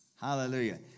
Hallelujah